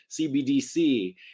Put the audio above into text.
CBDC